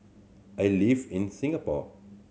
I live in Singapore